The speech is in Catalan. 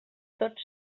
tots